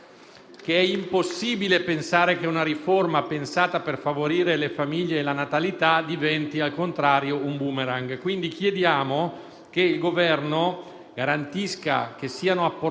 che è impossibile accettare che una riforma pensata per favorire le famiglie e la natalità diventi, al contrario, un *boomerang*. Chiediamo quindi che il Governo garantisca che siano apportate